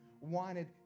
wanted